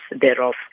thereof